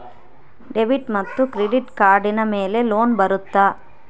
Debit ಮತ್ತು credit ಕಾರ್ಡಿನ ಮೇಲೆ ಲೋನ್ ಬರುತ್ತಾ?